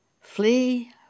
Flee